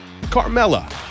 Carmella